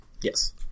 Yes